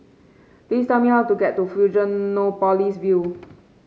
please tell me how to get to Fusionopolis View